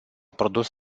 produs